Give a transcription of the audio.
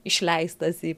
išleistas į